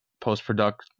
post-product